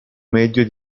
medio